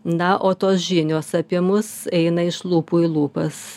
na o tos žinios apie mus eina iš lūpų į lūpas